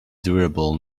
durable